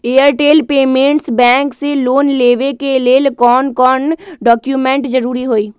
Airtel payments bank से loan लेवे के ले कौन कौन डॉक्यूमेंट जरुरी होइ?